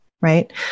right